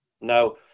Now